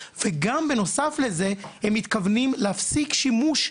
ושוב, עדיין לא הגענו לסיטואציה